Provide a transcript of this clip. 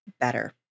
better